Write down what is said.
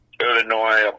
Illinois